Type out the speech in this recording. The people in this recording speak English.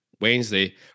Wednesday